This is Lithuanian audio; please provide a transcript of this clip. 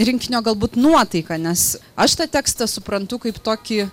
rinkinio galbūt nuotaiką nes aš tą tekstą suprantu kaip tokį